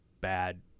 bad